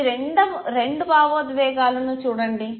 ఈ రెండు భావోద్వేగాలను చూడండి